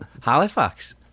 Halifax